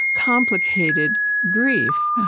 complicated grief.